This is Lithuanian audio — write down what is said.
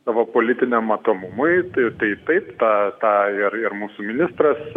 savo politiniam matomumui tai tai taip tą tą ir ir mūsų ministras